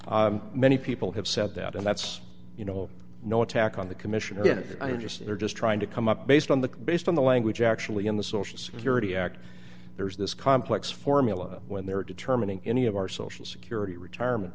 that many people have said that and that's you know no attack on the commission again i'm just they're just trying to come up based on the based on the language actually in the social security act there's this complex formula when they're determining any of our social security retirement